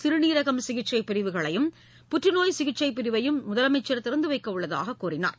சிறுநீரகம் சிகிச்சைப் பிரிவுகளையும் புற்றுநோய் சிகிச்சைப் பிரிவையும் முதலமைச்சர் திறந்துவைக்கவுள்ளதாக கூறினார்